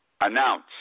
announce